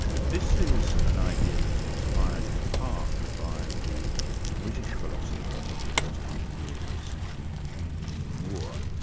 this is an idea that's inspired in part by the british philosopher of the first half of the eighteenth century, g. e. moore,